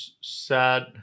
sad